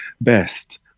best